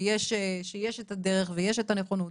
שיש את הדרך והנכונות.